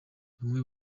bamwe